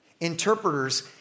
interpreters